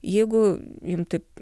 jeigu jum taip